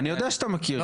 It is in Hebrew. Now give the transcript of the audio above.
אני יודע שאתה מכיר,